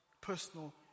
personal